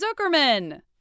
Zuckerman